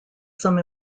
some